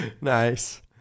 Nice